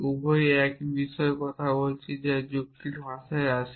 উভয়েই একই বিষয়ে কথা বলছে যা যুক্তির ভাষায় আসে